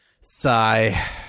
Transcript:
Sigh